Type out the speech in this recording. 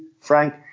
Frank